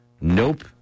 Nope